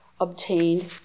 obtained